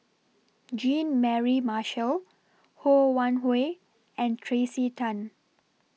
Jean Mary Marshall Ho Wan Hui and Tracey Tan